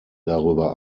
darüber